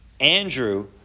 Andrew